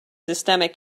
systemic